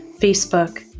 Facebook